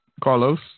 Carlos